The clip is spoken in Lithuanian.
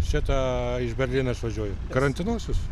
šita iš berlyno išvažiuoju karantinuosiuos